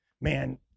Man